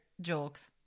jokes